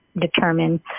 determine